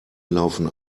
laufen